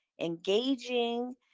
engaging